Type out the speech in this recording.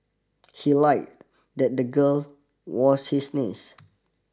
he lied that the girl was his niece